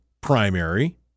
primary